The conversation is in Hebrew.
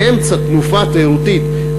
באמצע תנופה תיירותית,